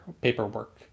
paperwork